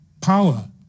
power